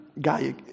guy